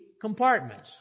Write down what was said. compartments